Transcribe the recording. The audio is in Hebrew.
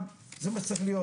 שזה לא הגידול